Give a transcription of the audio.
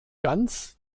ganz